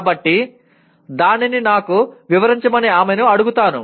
కాబట్టి దానిని నాకు వివరించమని ఆమెను అడుగుతాను